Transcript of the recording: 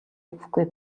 өгөхгүй